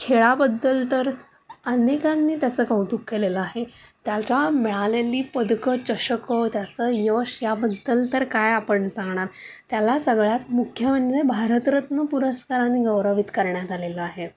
खेळाबद्दल तर अनेकांनी त्याच कौतुक केलेले आहे त्याला मिळालेली पदकं चषकं त्याच्या यशाबद्दल तर काय आपण सांगणार त्याला सगळ्यात मुख्य म्हणजे भारतरत्न पुरस्काराने गौरवित करण्यात आलेलं आहे